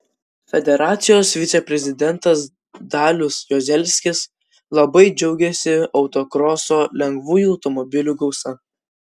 federacijos viceprezidentas dalius juozelskis labai džiaugėsi autokroso lengvųjų automobilių gausa